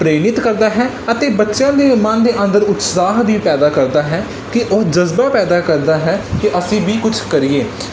ਪ੍ਰੇਰਿਤ ਕਰਦਾ ਹੈ ਅਤੇ ਬੱਚਿਆਂ ਦੇ ਮਨ ਦੇ ਅੰਦਰ ਉਤਸ਼ਾਹ ਵੀ ਪੈਦਾ ਕਰਦਾ ਹੈ ਕਿ ਉਹ ਜਜ਼ਬਾ ਪੈਦਾ ਕਰਦਾ ਹੈ ਕਿ ਅਸੀਂ ਵੀ ਕੁਝ ਕਰੀਏ